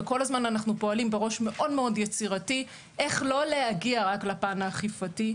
וכל הזמן אנחנו פועלים בראש מאוד יצירתי איך לא להגיע רק לפן האכפתי,